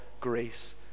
grace